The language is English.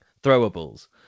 throwables